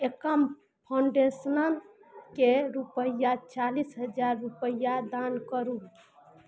एकम फाउंडेशनकेँ रूपैआ चालिस हजार रूपैआ दान करू